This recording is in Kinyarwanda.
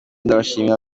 ndashimira